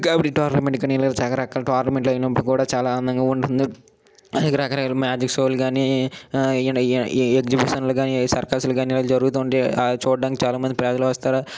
kabaddi tournament కానీ ఇలా చాలా రకరకాల టోర్నమెంట్లు అయినప్పుడు కూడా చాలా ఆనందంగా ఉంటుంది అనేక రకరకాల మ్యాజిక్ షోలు కానీ ఎన ఎన ఎగ్జిబిషన్లు కానీ సర్కస్లు కానీ ఇలా జరుగుతుంటాయి అవి చూడ్డానికి చాలామంది ప్రజలు వస్తారు